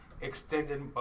extended